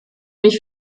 mich